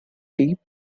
deep